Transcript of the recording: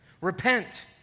Repent